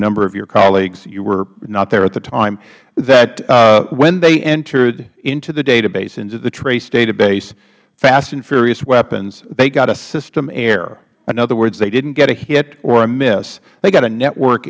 number of your colleaguesh you were not there at the timeh that when they entered into the database into the trace database fast and furious weapons they got a system error in other words they didn't get a hit or a miss they got a network